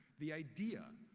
the idea,